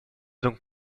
donc